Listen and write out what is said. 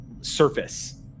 surface